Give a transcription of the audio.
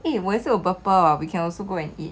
eh 我也是有 burpple hor we can also go and eat